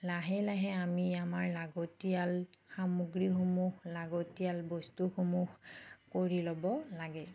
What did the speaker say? লাহে লাহে আমি আমাৰ লাগতিয়াল সামগ্ৰীসমূহ লাগতিয়াল বস্তুসমূহ কৰি ল'ব লাগে